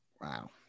Wow